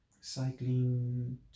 cycling